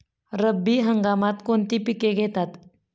रब्बी हंगामात कोणती पिके घेतात?